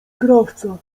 krawca